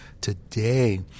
Today